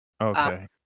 Okay